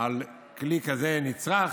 על כלי כזה נצרך